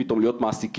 פתאום להיות מעסיקים,